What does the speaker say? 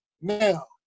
Now